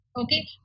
Okay